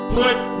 put